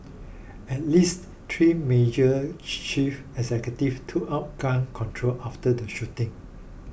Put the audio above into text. at least three major chief executive took up gun control after the shooting